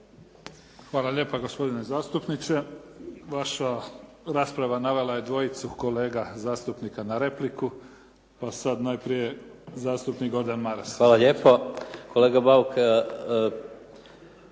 Hvala lijepa gospodine zastupniče. Vaša rasprava navela je dvojicu kolega zastupnika na repliku. Pa sad najprije zastupnik Gordan Maras. **Maras, Gordan